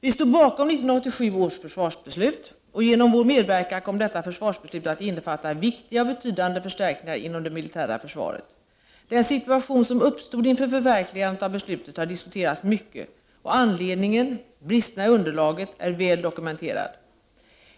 Vi stod bakom 1987 års försvarsbeslut och genom vår medverkan kom detta försvarsbeslut att innefatta viktiga och betydande förstärkningar inom det militära försvaret. Den situation som uppstod inför förverkligandet av beslutet har diskuterats mycket, och anledningen, bristerna i underlaget, är väl dokumenterad.